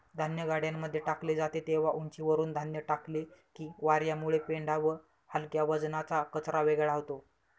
धान्य गाड्यांमध्ये टाकले जाते तेव्हा उंचीवरुन धान्य टाकले की वार्यामुळे पेंढा व हलक्या वजनाचा कचरा वेगळा होतो